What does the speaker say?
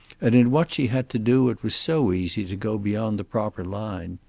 and in what she had to do it was so easy to go beyond the proper line!